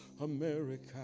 America